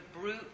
brute